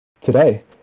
today